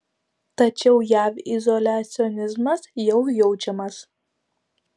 tačiau jav izoliacionizmas jau jaučiamas